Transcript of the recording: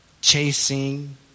chasing